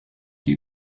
you